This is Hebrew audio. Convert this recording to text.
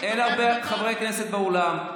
אין הרבה חברי כנסת באולם.